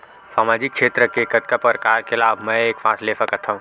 सामाजिक क्षेत्र के कतका प्रकार के लाभ मै एक साथ ले सकथव?